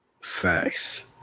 Facts